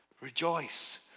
Rejoice